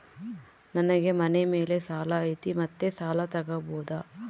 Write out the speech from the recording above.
ನನಗೆ ಮನೆ ಮೇಲೆ ಸಾಲ ಐತಿ ಮತ್ತೆ ಸಾಲ ತಗಬೋದ?